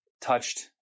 touched